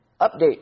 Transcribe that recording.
Update